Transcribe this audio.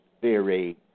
theory